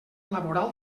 laboral